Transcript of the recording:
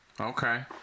okay